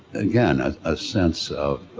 again a sense of